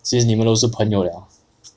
since 你们都是朋友 liao